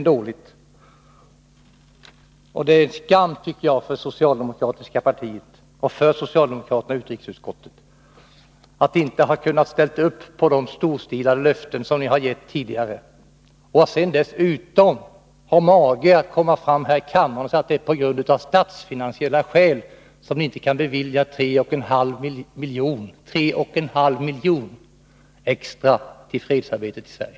Det är skam att socialdemokratiska partiet och socialdemokraterna i utrikesutskottet inte har kunnat ställa sig bakom de storstilade löften som de tidigare har givit och att man dessutom har mage att här i kammaren anföra att det är av statsfinansiella skäl som man inte kan bevilja 3,5 miljoner extra till fredsarbetet i Sverige.